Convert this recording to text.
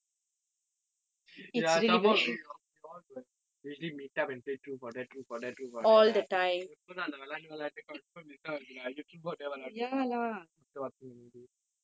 ya somemore we we all will usually meet up and play truth or dare truth or dare truth or dare right இப்போ தான் அத விளையாண்டு விளையாண்டு:ippo thaan atha vilayaandu vilayaandu confirm this one will be like !aiyo! truth or dare விளையாடணுமா:vilayaadanumaa after watching the movie